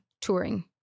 touring